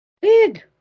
Big